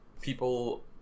people